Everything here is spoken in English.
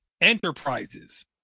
enterprises